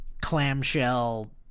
Clamshell